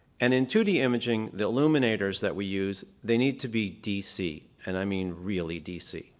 and in two d imaging, the illuminators that we use, they need to be dc, and i mean really dc,